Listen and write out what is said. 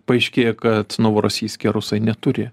paaiškėja kad novorosijske rusai neturi